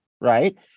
right